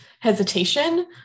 Hesitation